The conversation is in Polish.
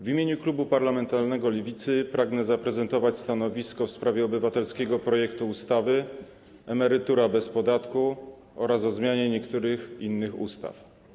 W imieniu klubu parlamentarnego Lewicy pragnę przedstawić stanowisko w sprawie obywatelskiego projektu ustawy Emerytura bez podatku oraz o zmianie niektórych innych ustaw.